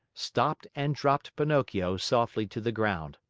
stopped and dropped pinocchio softly to the ground.